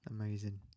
Amazing